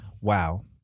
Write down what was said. Wow